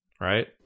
Right